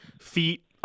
feet